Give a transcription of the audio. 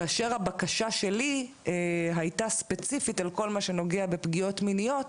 כאשר הבקשה שלי הייתה ספציפית על כל מה שנוגע בפגיעות מיניות,